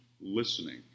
listening